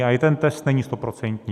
A i ten test není stoprocentní.